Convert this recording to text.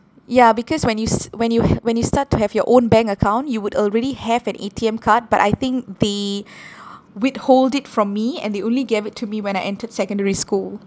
ya because when you s~ when you when you start to have your own bank account you would already have an A_T_M card but I think they withhold it from me and they only gave it to me when I entered secondary school